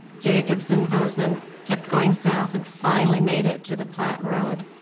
jacobs and bozeman kept going south and finally made it to the platte road.